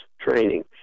training